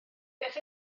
beth